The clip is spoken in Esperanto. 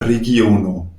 regiono